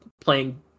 playing